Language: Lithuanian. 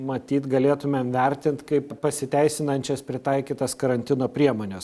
matyt galėtumėm vertint kaip pasiteisinančias pritaikytas karantino priemones